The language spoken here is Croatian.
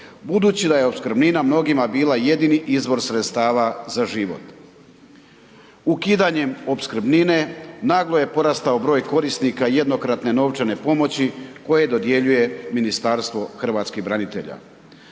budući da je opskrbnina mnogima bila jedini izvor sredstava za život. Ukidanjem opskrbnine naglo je porastao broj korisnika jednokratne novčane pomoći koje dodjeljuje Ministarstvo hrvatskih branitelja.